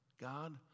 God